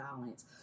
violence